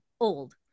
old